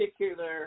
particular